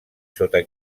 sota